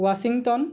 Washington